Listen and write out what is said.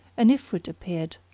an ifrit appeared,